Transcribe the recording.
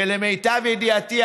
ולמיטב ידיעתי,